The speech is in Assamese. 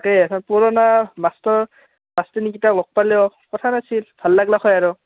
তাকে এ পুৰণা মাষ্টৰ মাষ্টৰনিকিটা লগ পালেও কথা নাছিল ভাল লাগলা হয় আৰু